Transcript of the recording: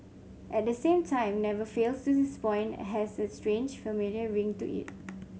at the same time never fails to disappoint has a strange familiar ring to it